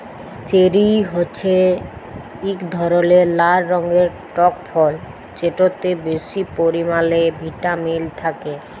cherry হছে ইক ধরলের লাল রঙের টক ফল যেটতে বেশি পরিমালে ভিটামিল থ্যাকে